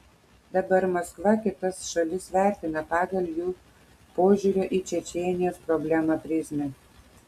dabar maskva kitas šalis vertina pagal jų požiūrio į čečėnijos problemą prizmę